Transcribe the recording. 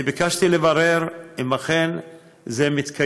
אני ביקשתי לברר אם זה אכן מתקיים.